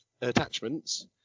attachments